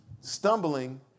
stumbling